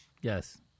Yes